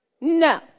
No